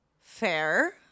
fair